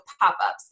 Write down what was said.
pop-ups